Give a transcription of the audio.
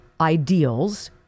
ideals